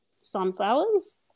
sunflowers